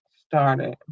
started